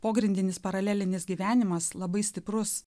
pogrindinis paralelinis gyvenimas labai stiprus